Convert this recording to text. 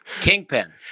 Kingpin